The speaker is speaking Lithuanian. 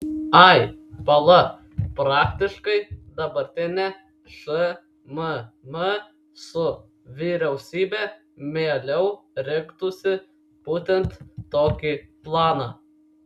ai pala praktiškai dabartinė šmm su vyriausybe mieliau rinktųsi būtent tokį planą